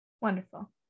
wonderful